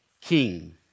king